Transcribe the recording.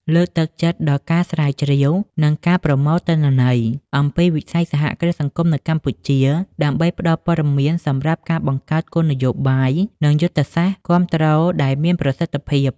លើកទឹកចិត្តដល់ការស្រាវជ្រាវ និងការប្រមូលទិន្នន័យ អំពីវិស័យសហគ្រាសសង្គមនៅកម្ពុជា ដើម្បីផ្តល់ព័ត៌មានសម្រាប់ការបង្កើតគោលនយោបាយ និងយុទ្ធសាស្ត្រគាំទ្រដែលមានប្រសិទ្ធភាព ។